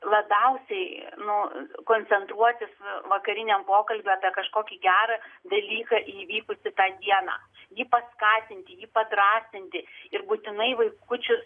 labiausiai nu koncentruotis vakariniam pokalbiui apie kažkokį gerą dalyką įvykusį tą dieną jį paskatinti jį padrąsinti ir būtinai vaikučius